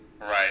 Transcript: Right